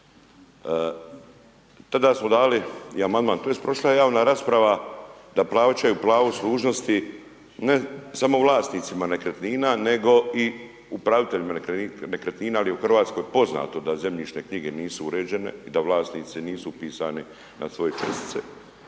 tada smo dali i amandman, tj. prošla je javna rasprava da plaćaju pravo služnosti ne samo vlasnicima nekretnina nego i upraviteljima nekretnina, jer je u Hrvatskoj poznato da zemljišne knjige nisu uređene i da vlasnici nisu upisani na svoje čestice.